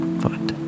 foot